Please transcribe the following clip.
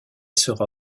sera